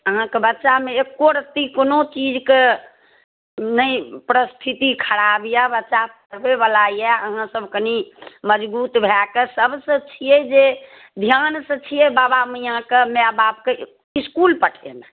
अहाँके बच्चामे एक्को रत्ती कोनो चीजके नहि परिस्थिति खराब यए बच्चा पढ़यवला यए अहाँसभ कनि मजबूत भए कऽ सभसँ छियै जे ध्यानसँ छियै बाबा मैआँके माय बापके इस्कुल पठेनाइ